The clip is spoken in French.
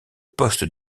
poste